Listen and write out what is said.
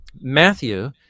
Matthew